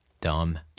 Dumb